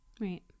right